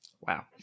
Wow